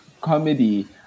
comedy